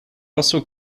also